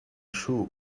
shoe